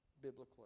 biblically